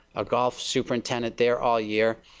ah golf superintendent, there all year,